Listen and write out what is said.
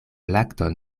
lakton